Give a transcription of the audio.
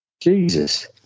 Jesus